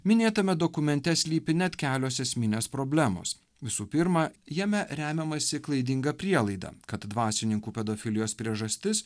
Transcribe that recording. minėtame dokumente slypi net kelios esminės problemos visų pirma jame remiamasi klaidinga prielaida kad dvasininkų pedofilijos priežastis